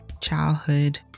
childhood